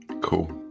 Cool